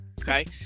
Okay